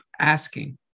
asking